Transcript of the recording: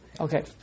Okay